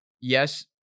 yes